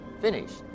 finished